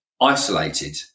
isolated